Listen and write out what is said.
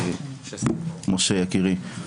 משה יקירי.